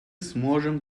сможем